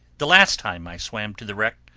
the last time i swam to the wreck,